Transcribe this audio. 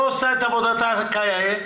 לא עושה את עבודתה כמו שצריך,